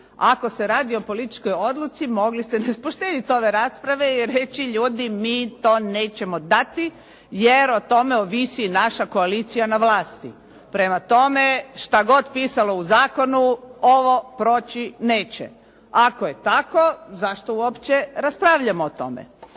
Ako se radi o političkoj odluci, mogli ste nas poštedit ove rasprave i reći ljudi, mi to nećemo dati jer o tome ovisi naša koalicija na vlasti. Prema tome, što god pisalo u zakonu ovo proći neće. Ako je tako, zašto uopće raspravljamo o tome.